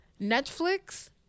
Netflix